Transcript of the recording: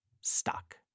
stuck